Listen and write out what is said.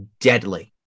deadly